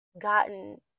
gotten